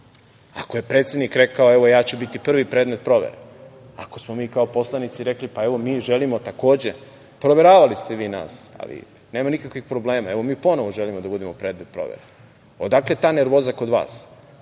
ako je predsednik rekao – evo, ja ću biti prvi predmet provere? Ako smo mi kao poslanici rekli – pa, evo mi želimo, takođe. Proveravali ste vi nas, ali nema nikakvih problema, mi ponovo želimo da budemo predmet provere. Odakle ta nervoza kod vas?